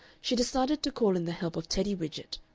she decided to call in the help of teddy widgett,